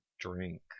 drink